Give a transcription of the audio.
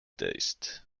taste